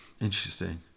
Interesting